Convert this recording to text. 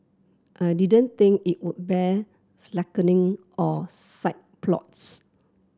I didn't think it would bear slackening or side plots